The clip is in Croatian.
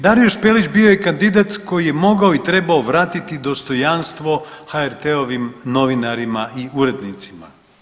Dario Špelić bio je kandidat koji je mogao i trebao vratiti dostojanstvo HRT-ovim novinarima i urednicima.